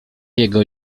jego